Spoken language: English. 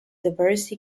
diverse